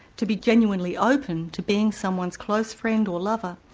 to be genuinely open to being someone's close friend or lover,